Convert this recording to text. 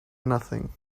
nothing